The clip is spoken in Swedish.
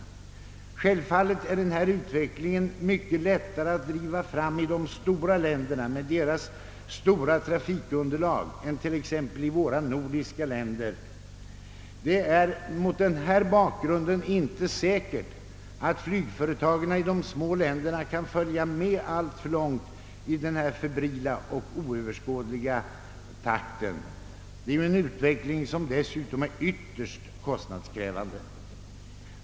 Självfallet är denna utveckling mycket lättare att driva fram i de stora länderna med deras stora trafikunderlag än t.ex. i våra nordiska länder. Det är mot denna bakgrund inte säkert att flygföretagen i de små länderna kan följa med i denna febrila och oöverskådliga takt. Det är en utveckling som dessutom är ytterst kostnadskrävande.